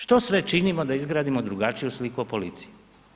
Što sve činimo da izgradimo drugačiju sliku o policiji.